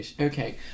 Okay